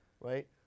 right